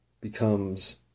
becomes